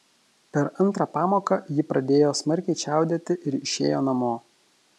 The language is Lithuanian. per antrą pamoką ji pradėjo smarkiai čiaudėti ir išėjo namo